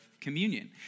communion